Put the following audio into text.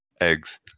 eggs